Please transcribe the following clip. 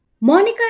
Monica